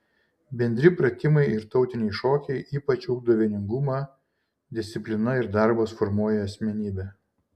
bendri pratimai ir tautiniai šokiai ypač ugdo vieningumą disciplina ir darbas formuoja asmenybę